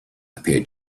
appeared